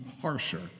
harsher